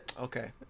okay